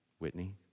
Whitney